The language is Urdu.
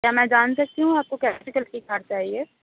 کیا میں جان سکتی ہوں آپ کو کیسے کلر کی کار چاہیے